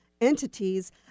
entities